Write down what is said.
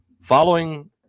following